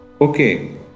Okay